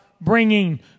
bringing